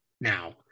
now